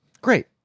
Great